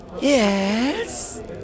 Yes